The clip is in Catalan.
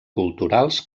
culturals